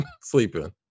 sleeping